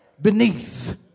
Beneath